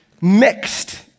mixed